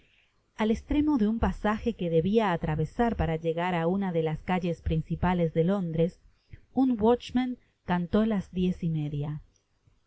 al estremo de un pasaje que debia atravesar para llegar á una de las calles principales de londres un watchman cantó las diez y media